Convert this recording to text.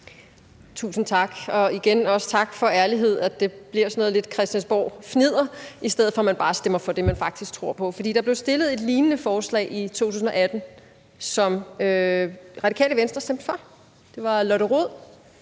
Tusind tak, og igen også tak for ærligheden om, at det bliver sådan lidt noget christiansborgfnidder, i stedet for at man bare stemmer for det, som man faktisk tror på. Der blev fremsat et lignende forslag i 2018, som Radikale Venstre stemte for. Det var Lotte Rod,